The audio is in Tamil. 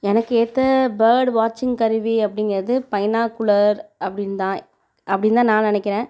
எனக்கு ஏற்ற பேர்டு வாட்சிங் கருவி அப்படிங்கறது பைனாகுலர் அப்படின்தான் அப்படின்தான் நான் நினக்கிறேன்